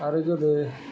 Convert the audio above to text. आरो गोदो